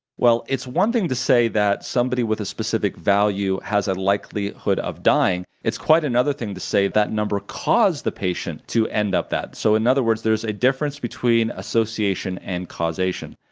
well it's one thing to say that somebody with a specific value has a likelihood of dying. it's quite another thing to say that number caused the patient to end up that way. so in other words there's a difference between association and causation.